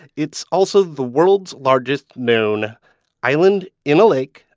it's also the world's largest known island in a lake,